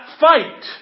fight